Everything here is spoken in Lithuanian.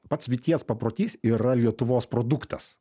pats vyties paprotys yra lietuvos produktas